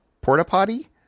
porta-potty